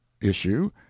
issue